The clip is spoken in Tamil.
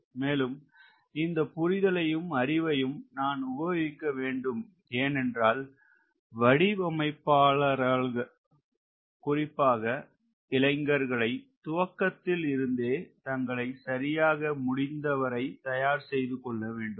மேலும் இந்த புரிதலையும் அறிவையும் நான் உபயோகிக்க வேண்டும் ஏன் என்றால் வடிவமைப்பாளர்கள் குறிப்பாக இளைஞர்களை துவக்கத்தில் இருந்தே தங்களை சரியாக முடிந்தவரை தயார் செய்து கொள்ள வேண்டும்